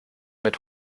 mit